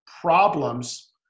problems